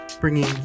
bringing